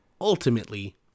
ultimately